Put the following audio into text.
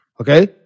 Okay